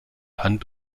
hand